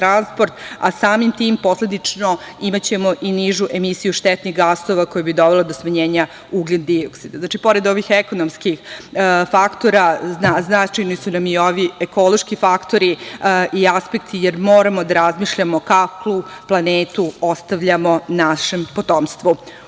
a samim tim posledično, imaćemo i nižu emisiju štetnih gasova koje bi dovele do smanjenja ugljen dioksida. Znači, pored ovih ekonomskih faktora značajni su nam i ovi ekološki faktori i aspekti jer moramo da razmišljamo kakvu planetu ostavljamo našem potomstvu. Usvajanjem